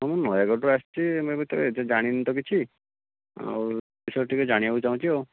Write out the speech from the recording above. ମୁଁ ନୟାଗଡ଼ ରୁ ଆସିଛି ଏମିତ ଏହିଠି ଜାଣିନି ତ କିଛି ଆଉ ବିଷୟରେ ଟିକେ ଜାଣିବାକୁ ଚାହୁଁଛି ଆଉ